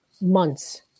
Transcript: months